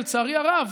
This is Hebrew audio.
ולצערי הרב,